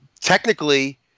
Technically